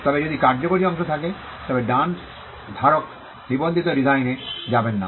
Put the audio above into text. তবে যদি কার্যকরী অংশ থাকে তবে ডান ধারক নিবন্ধিত ডিজাইনে যাবেন না